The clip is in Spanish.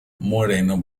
moreno